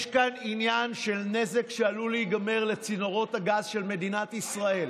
יש כאן עניין של נזק שעלול להיגרם לצינורות הגז של מדינת ישראל.